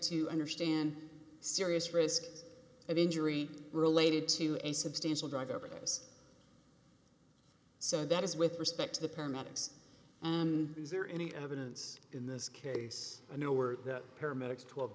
to understand serious risk of injury related to a substantial drug overdose so that is with respect to the paramedics and is there any evidence in this case i know we're paramedics tw